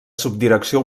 subdirecció